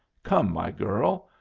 come, my girl!